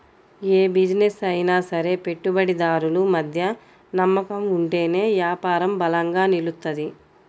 యే బిజినెస్ అయినా సరే పెట్టుబడిదారులు మధ్య నమ్మకం ఉంటేనే యాపారం బలంగా నిలుత్తది